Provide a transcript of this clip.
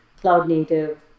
cloud-native